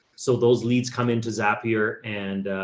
so those leads come into zapier and,